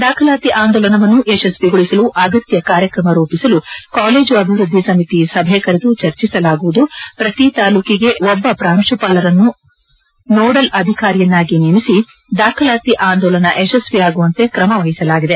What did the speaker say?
ದಾಖಲಾತಿ ಆಂದೋಲನವನ್ನು ಯಶಸ್ವಿಗೊಳಿಸಲು ಅಗತ್ಯ ಕಾರ್ಯಕ್ರಮ ರೂಪಿಸಲು ಕಾಲೇಜು ಅಭಿವೃದ್ದಿ ಸಮಿತಿ ಸಭೆ ಕರೆದು ಚರ್ಚಿಸಲಾಗುವುದು ಪ್ರತಿ ತಾಲೂಕಿಗೆ ಒಬ್ಬ ಪ್ರಾಂಶುಪಾಲರನ್ನು ನೋಡಲ್ ಅಧಿಕಾರಿಯನ್ನಾಗಿ ನೇಮಿಸಿ ದಾಖಲಾತಿ ಆಂದೋಲನ ಯಶಸ್ವಿಯಾಗುವಂತೆ ಕ್ರಮ ವಹಿಸಲಾಗಿದೆ